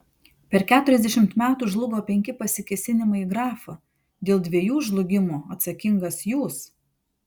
per keturiasdešimt metų žlugo penki pasikėsinimai į grafą dėl dviejų žlugimo atsakingas jūs